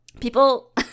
People